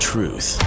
Truth